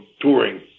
touring